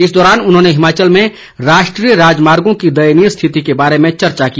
इस दौरान उन्होंने हिमाचल में राष्ट्रीय राजमार्गो की दयनीय स्थिति के बारे में चर्चा की